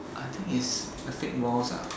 I think it's uh fake walls ah